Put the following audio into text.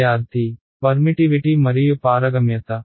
విద్యార్థి పర్మిటివిటి మరియు పారగమ్యత